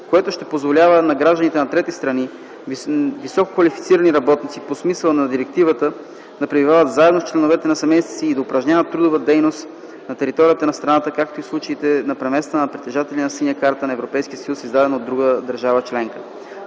което ще позволява на гражданите на трети страни – висококвалифицирани работници по смисъла на директивата, да пребивават заедно с членовете на семействата си и да упражняват трудова дейност на територията на страната, както и в случаите на преместване на притежатели на „синя карта на ЕС”, издадена от друга държава членка.